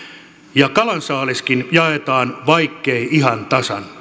ja kalansaaliskin jaetaan vaikkei ihan tasan